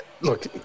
look